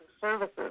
Services